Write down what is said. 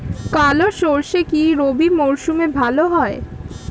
কালো সরষে কি রবি মরশুমে ভালো হয়?